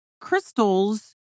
crystals